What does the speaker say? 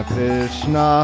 Krishna